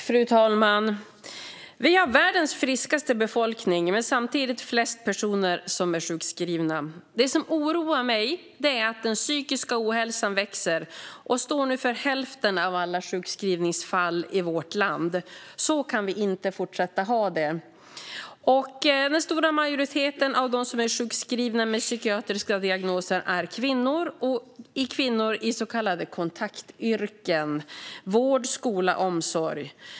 Fru talman! Vi har världens friskaste befolkning men samtidigt flest personer som är sjukskrivna. Det som oroar mig är att den psykiska ohälsan växer och nu står för hälften av alla sjukskrivningsfall i vårt land. Så kan vi inte fortsätta att ha det. Den stora majoriteten av dem som är sjukskrivna med psykiatriska diagnoser är kvinnor i så kallade kontaktyrken - vård, skola, omsorg.